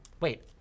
wait